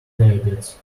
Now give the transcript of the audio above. diabetes